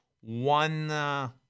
one